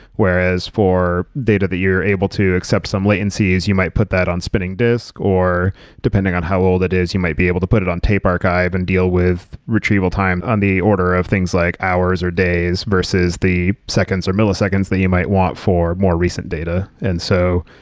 whereas data that you're able to accept some latencies, you might put that on spinning disk, or depending on how old it is, you might be able to put it on tape archive and deal with retrieval time on the order of things like hours or days versus the seconds or milliseconds that you might want for more recent data. and so,